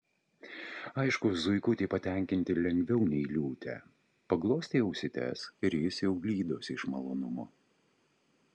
aišku zuikutį patenkinti lengviau nei liūtę paglostei ausytes ir jis jau lydosi iš malonumo